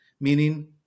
Meaning